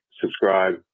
subscribe